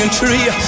tree